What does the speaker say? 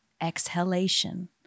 exhalation